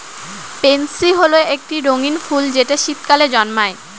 pansy হল একটি রঙ্গীন ফুল যেটা শীতকালে জন্মায়